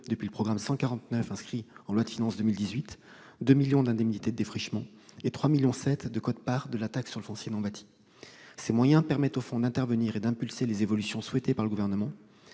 depuis le programme 149, inscrit dans la loi de finances pour 2018, 2 millions d'euros d'indemnités défrichements et 3,7 millions d'euros de quotes-parts de la taxe sur le foncier non-bâti. Ces moyens permettent au fonds stratégique d'impulser les évolutions souhaitées par le Gouvernement.